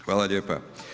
Hvala lijepa.